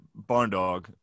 Barndog